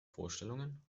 vorstellungen